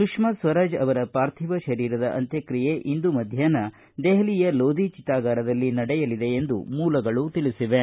ಸುಷ್ಮಾ ಸ್ವರಾಜ್ ಅವರ ಪಾರ್ಥಿವ ಶರೀರದ ಅಂತ್ಯಕ್ತಿಯೆ ಇಂದು ಮಧ್ಯಾಹ್ನ ದೆಹಲಿಯ ಲೋಧಿ ಚಿತಾಗಾರದಲ್ಲಿ ನಡೆಯಲಿದೆ ಎಂದು ಮೂಲಗಳು ತಿಳಿಸಿವೆ